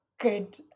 Good